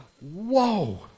whoa